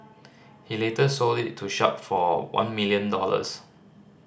he later sold it to Sharp for one million dollars